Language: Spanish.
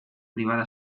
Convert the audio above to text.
privada